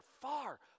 far